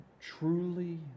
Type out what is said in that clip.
truly